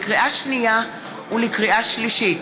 לקריאה שנייה ולקריאה שלישית: